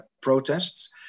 protests